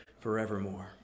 forevermore